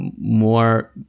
more